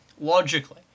logically